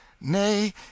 Nay